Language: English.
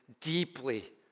deeply